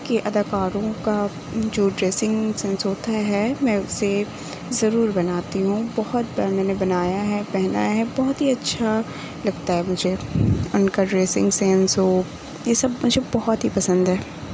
کے اداکاروں کا جو ڈریسنگ سنس ہوتا ہے میں اسے ضرور بناتی ہوں بہت بار میں نے بنایا ہے پہنا ہے بہت ہی اچھا لگتا ہے مجھے ان کا ڈریسنگ سینس ہو یہ سب مجھے بہت ہی پسند ہے